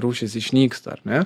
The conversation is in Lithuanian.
rūšys išnyksta ar ne